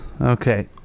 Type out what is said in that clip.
Okay